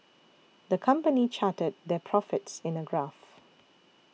the company charted their profits in a graph